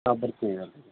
ಹಾಂ ಬರ್ತೀವಿ ಮೇಡಮ್